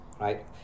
right